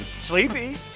Sleepy